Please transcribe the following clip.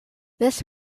this